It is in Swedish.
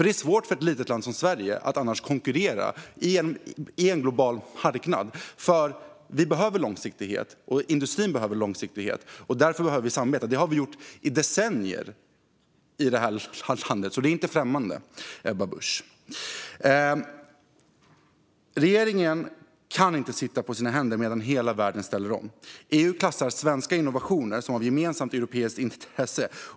Det är svårt för ett litet land som Sverige att annars konkurrera på en global marknad. Både vi och industrin behöver långsiktighet, och därför behöver vi samarbeta. Det har vi i det här landet gjort i decennier, så det är inte främmande, Ebba Busch. Regeringen kan inte sitta på sina händer medan hela världen ställer om. EU klassar svenska innovationer som något som är av gemensamt europeiskt intresse.